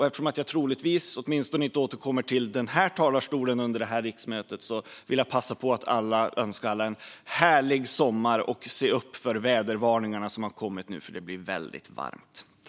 Eftersom jag troligen inte kommer att återkomma till denna talarstol under detta riksmöte vill jag passa på att önska alla en härlig sommar. Och notera de vädervarningar som nu har kommit, för det blir väldigt varmt.